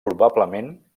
probablement